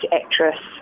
actress